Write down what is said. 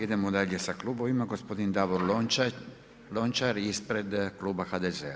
Idemo dalje sa klubovima, gospodin Davor Lončar, ispred Kluba HDZ-a.